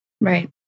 Right